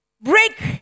Break